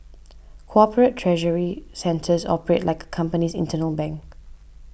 corporate treasury centres operate like company's internal bank